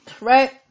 right